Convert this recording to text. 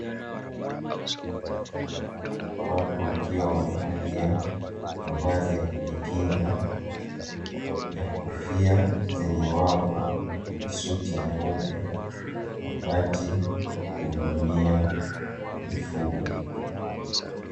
Watu wakiwa wamevalia mavazi ya kujikinga na kofia zenye wavu na suti nyeupe, wakati wa kuhudumia mifugo.